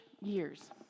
years